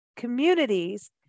communities